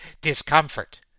discomfort